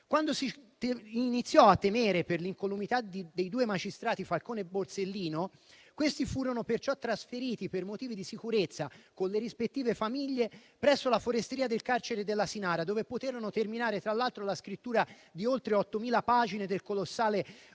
Quando si iniziò a temere per l'incolumità dei due magistrati Falcone e Borsellino, questi furono perciò trasferiti per motivi di sicurezza, con le rispettive famiglie, presso la foresteria del carcere dell'Asinara, dove poterono terminare, tra l'altro, la scrittura di oltre 8.000 pagine della colossale